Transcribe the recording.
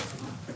אחרי --- (היו"ר טלי גוטליב, 11:04)